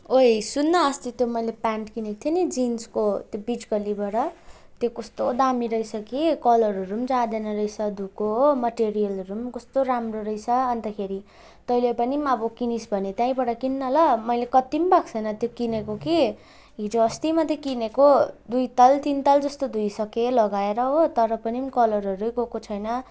ओइ सुन् न अस्ति त्यो मैले प्यान्ट किनेको थिएँ नि जिन्सको त्यो बिचजल्लीबाट त्यो कस्तो दामी रहेछ कि कलरहरू पनि जाँदैन रहेछ धोएको हो मटेरियलहरू पनि कस्तो राम्रो रहेछ अन्तखेरि तैँले पनि अब किनिस् भने त्यहीँबाट किन् न ल मैले कति पनि भएको छैन त्यो किनेको कि हिजो अस्ति मात्रै किनेको दुई ताल तिन ताल जस्तो धोइसकेँ लगाएर हो तर पनि कलरहरू नै गएको छैन